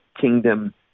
kingdom